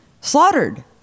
Slaughtered